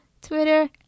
Twitter